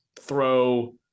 throw –